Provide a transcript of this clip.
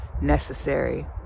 necessary